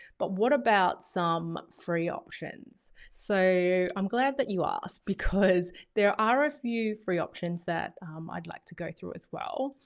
but what about some free options? so i'm glad that you asked because there are a few free options that i'd like to go through as well.